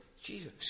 Jesus